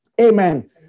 Amen